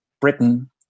britain